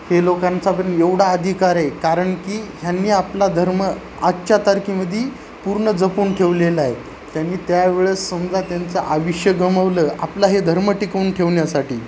हे लोकांचा पण एवढा अधिकार आहे कारण की ह्यांनी आपला धर्म आजच्या तारखेमध्ये पूर्ण जपून ठेवलेला आहे त्यांनी त्यावेळेस समजा त्यांचं आयुष्य गमवलं आपला हे धर्म टिकवून ठेवण्यासाठी